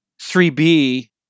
3B